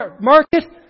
market